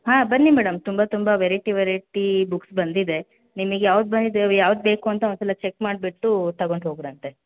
ಹಾಂ ಬನ್ನಿ ಮೇಡಮ್ ತುಂಬ ತುಂಬ ವೆರೈಟಿ ವೆರೈಟೀ ಬುಕ್ಸ್ ಬಂದಿದೆ ನಿಮಗೆ ಯಾವ್ದು ಬಂದಿದಾವೆ ಯಾವ್ದು ಬೇಕು ಅಂತ ಒಂದು ಸಲ ಅಂತ ಚಕ್ ಮಾಡಿಬಿಟ್ಟು ತಗೊಂಡು ಹೋಗ್ರಂತೆ